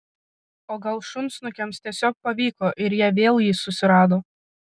o gal šunsnukiams tiesiog pavyko ir jie vėl jį susirado